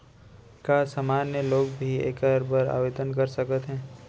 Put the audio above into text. का सामान्य लोग भी एखर बर आवदेन कर सकत हे?